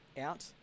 out